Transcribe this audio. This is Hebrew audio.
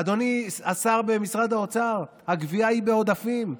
אדוני השר במשרד האוצר, שהגבייה היא בעודפים.